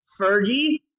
Fergie